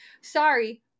sorry